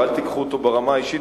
ואל תיקחו אותו ברמה האישית,